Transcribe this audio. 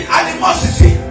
animosity